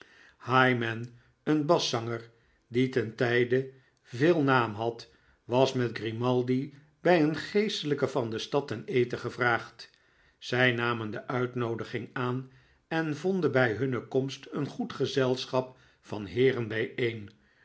higman een baszanger die te dien tijde veel naam had was met grimaldi bij een geestelijke van de stad ten eten gevraagd zij namen de uitnoodiging aan en vonden bij hunne komst een goed gezelschap